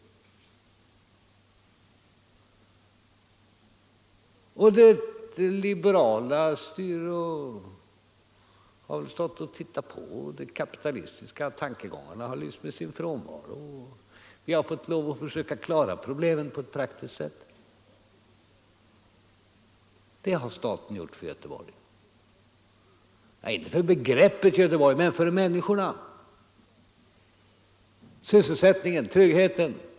Det liberala styret har stått och tittat på, och de kapitalistiska tankegångarna har lyst med sin frånvaro. Vi har fått lov att klara problemen på ett praktiskt sätt. Det har staten gjort för Göteborg — inte för begreppet Göteborg, men för människorna, för sysselsättningen och för tryggheten.